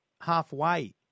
halfway